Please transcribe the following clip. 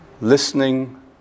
listening